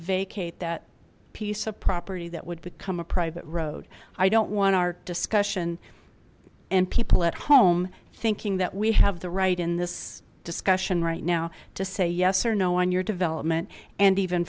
vacate that piece of property that would become a private road i don't want our discussion and people at home thinking that we have the right in this discussion right now to say yes or no on your development and even